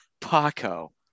paco